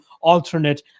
alternate